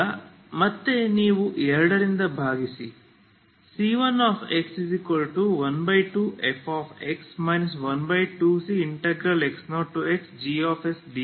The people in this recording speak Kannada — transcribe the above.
ಈಗ ಮತ್ತೆ ನೀವು 2 ರಿಂದ ಭಾಗಿಸಿ c1x12fx 12cx0xgsds 12c2x0 c1